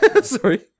Sorry